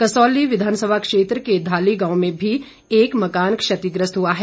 कसौली विधानसभा क्षेत्र के धाली गांव में भी एक मकान क्षतिग्रस्त हुआ है